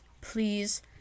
please